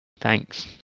Thanks